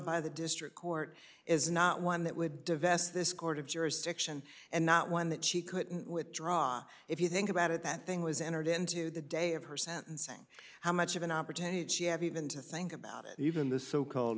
by the district court is not one that would divest this court of jurisdiction and not one that she couldn't withdraw if you think about it that thing was entered into the day of her sentencing how much of an opportunity she have even to think about it even the so called